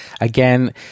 again